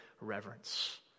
reverence